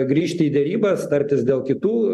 grįžti į derybas tartis dėl kitų